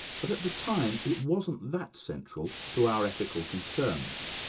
but at the time it wasn't that central to our ethical concerns.